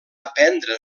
aprendre